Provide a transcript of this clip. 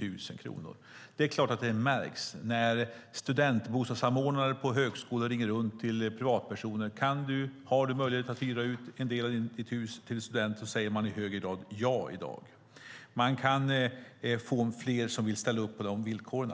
000 kronor. Det är klart att det märks för de studentbostadssamordnare på högskolorna som ringer runt till privatpersoner och frågar om de har möjlighet att hyra ut delar av sina hus till studenter. Svaret är i dag i högre grad ja. Man kan få fler som vill ställa upp på de villkoren.